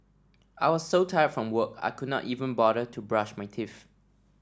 I was so tired from work I could not even bother to brush my teeth